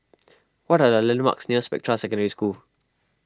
what are the landmarks near Spectra Secondary School